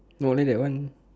no then that one